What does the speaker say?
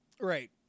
Right